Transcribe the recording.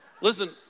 Listen